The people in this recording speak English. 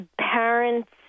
Parents